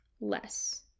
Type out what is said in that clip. less